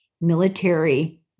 military